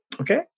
okay